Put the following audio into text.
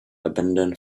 abandon